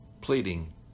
pleading